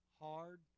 hard